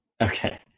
Okay